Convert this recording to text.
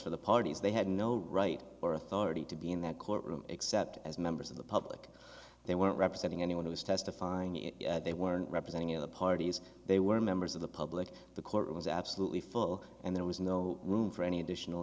for the parties they had no right or authority to be in that courtroom except as members of the public they weren't representing anyone who was testifying they weren't representing the parties they were members of the public the court was absolutely full and there was no room for any additional